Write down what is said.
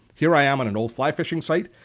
here i am on an old fly fishing site.